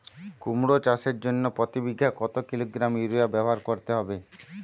কুমড়ো চাষের জন্য প্রতি বিঘা কত কিলোগ্রাম ইউরিয়া ব্যবহার করতে হবে?